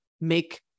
make